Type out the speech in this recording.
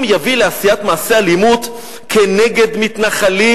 יביא לעשיית מעשי אלימות כנגד מתנחלים,